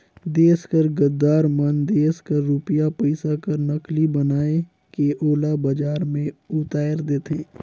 देस कर गद्दार मन देस कर रूपिया पइसा कर नकली बनाए के ओला बजार में उताएर देथे